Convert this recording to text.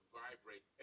vibrate